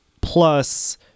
plus